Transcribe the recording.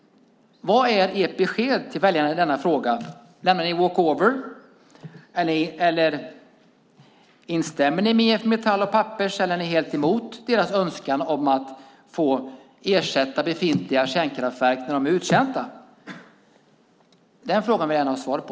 Vad är ert besked till väljarna i frågan? Lämnar ni walkover? Eller instämmer ni med IF Metall och Pappers, eller är ni helt emot deras önskan om att få ersätta befintliga kärnkraftverk när dessa är uttjänta? De frågorna vill jag gärna ha svar på.